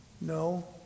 No